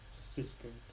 assistant